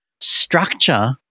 structure